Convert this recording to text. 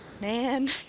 Man